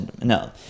No